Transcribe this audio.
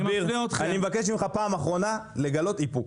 אביר, אני מבקש ממך פעם אחרונה לגלות איפוק.